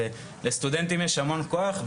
ולסטודנטים יש המון כוח,